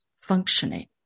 functioning